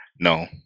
No